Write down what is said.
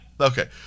Okay